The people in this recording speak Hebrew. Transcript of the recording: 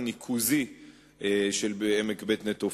מיליון שקלים לפרויקט ניקוז והשקיה בעמק בית-נטופה.